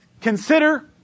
consider